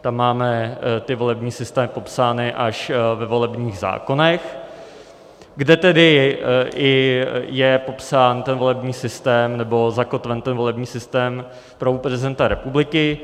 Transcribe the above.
Tam máme ty volební systémy popsány až ve volebních zákonech, kde je tedy i popsán ten volební systém nebo zakotven ten volební systém pro prezidenta republiky.